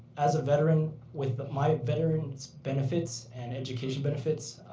as a veteran with but my veteran's benefits and education benefits,